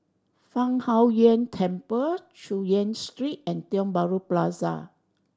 Fang Huo Yuan Temple Chu Yen Street and Tiong Bahru Plaza